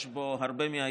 בהחלט יש בו הרבה מההיגיון,